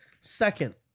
Second